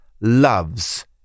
loves